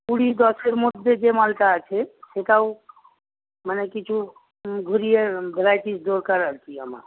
কুড়ি দশের মধ্যে যে মালটা আছে সেটাও মানে কিছু ঘুরিয়ে ভ্যারাইটি দরকার আর কি আমার